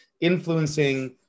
influencing